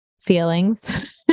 feelings